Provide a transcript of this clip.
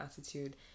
attitude